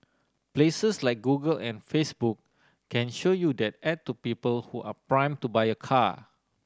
places like Google and Facebook can show you that ad to people who are prime to buy a car